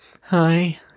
hi